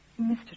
Mr